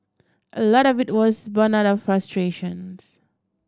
a lot of it was born out of frustrations